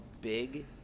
big